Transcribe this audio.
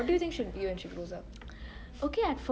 what do you think she'll be when she grows up